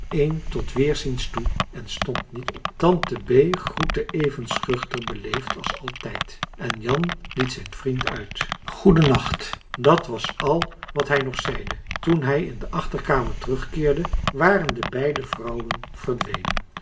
tot weerziens toe en stond niet op tante bee groette even schuchter beleefd als altijd en jan liet zijn vriend uit goeden nacht dat was al wat hij nog zeide toen hij in de achterkamer terugkeerde waren de beide vrouwen verdwenen